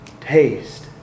taste